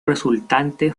resultante